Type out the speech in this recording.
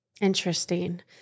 Interesting